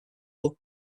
was